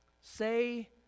Say